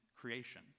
creation